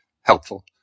helpful